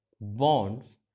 bonds